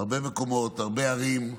הרבה מקומות, הרבה ערים,